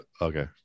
okay